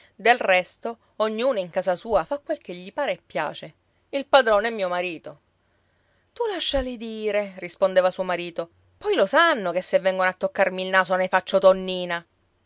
del resto ognuno in casa sua fa quel che gli pare e piace il padrone è mio marito tu lasciali dire rispondeva suo marito poi lo sanno che se vengono a toccarmi il naso ne faccio tonnina